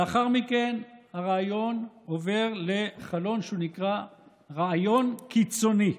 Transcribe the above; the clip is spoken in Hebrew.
לאחר מכן הרעיון עובר לחלון שנקרא רעיון קיצוני,